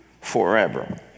forever